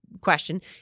question –